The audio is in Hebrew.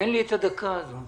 אין לי את הדקה הזו.